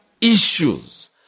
issues